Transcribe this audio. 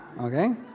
okay